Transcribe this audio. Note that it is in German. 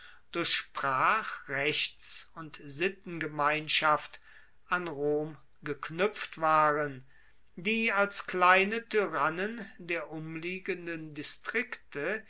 durch sprach rechts und sittengemeinschaft an rom geknuepft waren die als kleine tyrannen der umliegenden distrikte